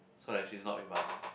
so that she's not with us